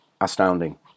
astounding